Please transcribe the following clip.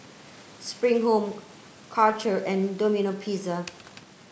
Spring Home Karcher and Domino Pizza